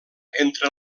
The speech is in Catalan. entre